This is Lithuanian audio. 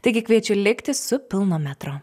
taigi kviečiu likti su pilno metro